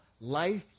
life